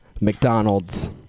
McDonald's